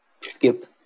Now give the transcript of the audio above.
Skip